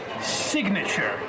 signature